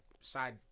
side